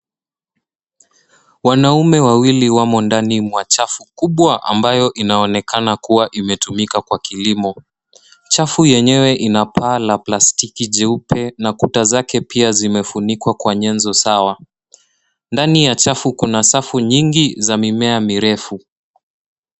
Wanaume wawili wamo ndani mwa chafu kubwa ambayo inaonekana kuwa imetumika kwa kilimo. Chafu yenyewe ina paa la plastiki jeupe na kuta zake pia zimefunikwa kwa nyenzo sawa. Ndani ya chafu kuna safu nyingi za mimea mirefu.